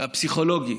הפסיכולוגי